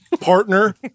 partner